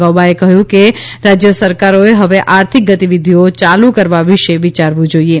ગૌબાએ કહ્યું કે રાજ્ય સરકારોએ હવે આર્થિક ગતિવિધિઓ યાલુ કરવા વિશે વિયારવું જોઈએ